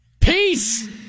Peace